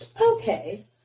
Okay